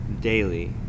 daily